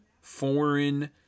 foreign